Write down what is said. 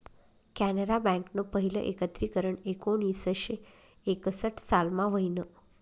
कॅनरा बँकनं पहिलं एकत्रीकरन एकोणीसशे एकसठ सालमा व्हयनं